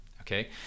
okay